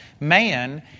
man